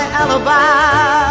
alibi